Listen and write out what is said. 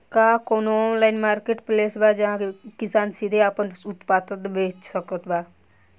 का कउनों online marketplace बा जहां किसान सीधे आपन उत्पाद बेच सकत बा?